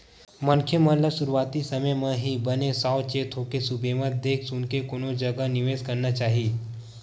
मनखे मन ल सुरुवाती समे म ही बने साव चेत होके सुबेवत देख सुनके कोनो जगा निवेस करना चाही